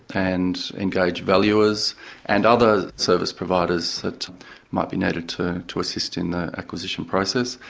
and engage valuers and other service providers that might be needed to to assist in the acquisition process,